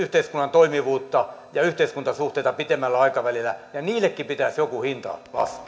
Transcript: toimivuutta ja yhteiskuntasuhteita pitemmällä aikavälillä ja niillekin pitäisi joku hinta laskea